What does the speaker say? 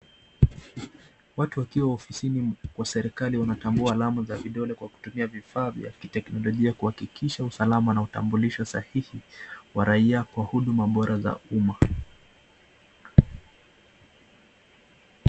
Watu wakiwa ofisini kwa serikali wanatambua alama za vidole kwa kutumia vifaa vya teknolojia kuhakikisha usalama na utambulisho sahihi wa raia kwa huduma bora za umma.